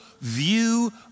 view